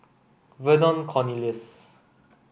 Vernon Cornelius